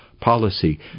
policy